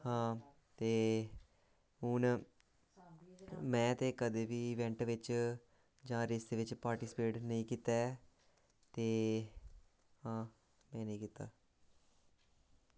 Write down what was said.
हां ते हून में ते कदें बी इवेंट बिच्च जां रेसै बिच्च पार्टिस्पेट नेईं कीता ऐ ते हां में निं कीता